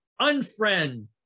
unfriend